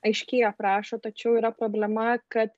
aiškiai aprašo tačiau yra problema kad